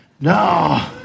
no